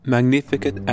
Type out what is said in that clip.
Magnificent